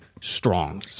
strong